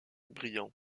brillant